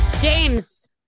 James